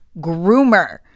groomer